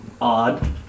odd